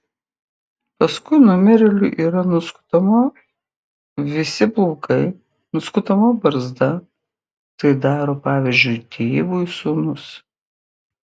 paskui numirėliui yra nuskutama visi plaukai nuskutama barzda tai daro pavyzdžiui tėvui sūnus